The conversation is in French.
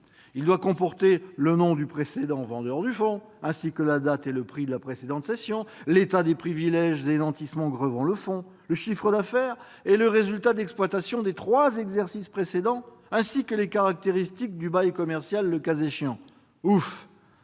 de mentions : le nom du précédent vendeur du fonds, ainsi que la date et le prix de la précédente cession, l'état des privilèges et nantissements grevant le fonds, le chiffre d'affaires et le résultat d'exploitation des trois exercices précédents, mais aussi, le cas échéant, les caractéristiques du bail commercial. Ouf !